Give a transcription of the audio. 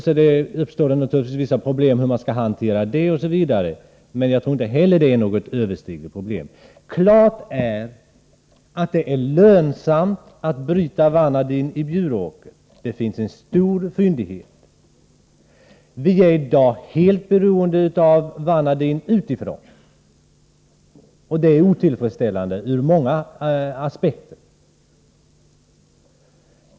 Sedan uppstår det naturligtvis vissa problem med hanteringen av kolet, osv. Men inte heller detta torde vara något olösligt problem. Det står klart att det är lönsamt att bryta vanadin i Bjuråker. Fyndigheten är stor. Vi är i dag helt beroende av import, vilket ur många aspekter är oroväckande.